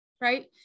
right